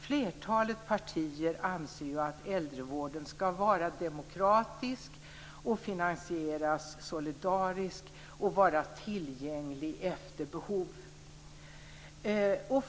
Flertalet partier anser ju att äldrevården skall vara demokratisk, finansieras solidariskt och vara tillgänglig efter behov.